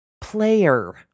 Player